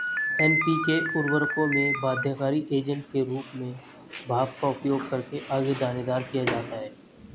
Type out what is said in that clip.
NPK उर्वरकों में बाध्यकारी एजेंट के रूप में भाप का उपयोग करके आगे दानेदार किया जाता है